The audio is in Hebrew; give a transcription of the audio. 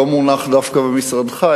לא מונח דווקא במשרדך,